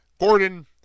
Gordon